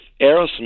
Aerosmith